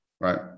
right